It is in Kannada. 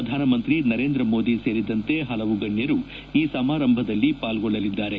ಶ್ರಧಾನಮಂತ್ರಿ ನರೇಂದ್ರ ಮೋದಿ ಸೇರಿದಂತೆ ಪಲವು ಗಣ್ಣರು ಈ ಸಮಾರಂಭದಲ್ಲಿ ಪಾಲ್ಗೊಳ್ಳಲಿದ್ದಾರೆ